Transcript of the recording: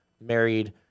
married